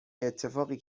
اتفاقی